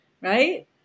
right